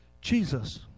Jesus